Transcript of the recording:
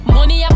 Money